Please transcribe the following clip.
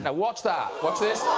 and watch that whatsit